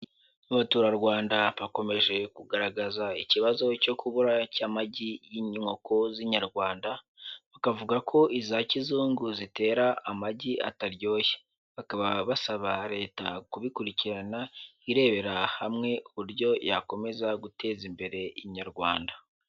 Abaturarwanda bakomeje kugaragaza ikibazo cyo kubura cy'amagi y'inkoko z'inyarwanda, bakavuga ko iza kizungu zitera amagi ataryoshye, bakaba basaba Leta kubikurikirana, irebera hamwe uburyo yakomeza guteza imbere inyarwanda.